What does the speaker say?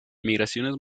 migraciones